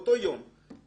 באותו יום יענה.